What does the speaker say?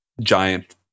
giant